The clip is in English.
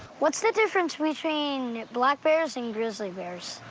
what's the difference between black bears and grizzly bears?